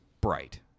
bright